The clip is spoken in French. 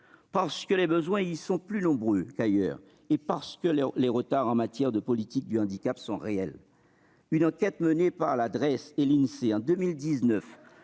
où les besoins sont plus nombreux qu'ailleurs et où les retards en matière de politique du handicap sont réels. Une enquête menée par la Drees et l'Insee en 2019